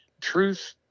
Truth